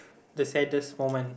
the saddest moment